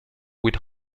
with